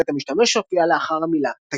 קלט המשתמש שהופיע לאחר המילה "תגיד".